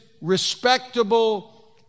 respectable